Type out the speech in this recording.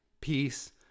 peace